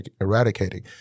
eradicating